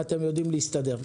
בבקשה.